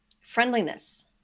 friendliness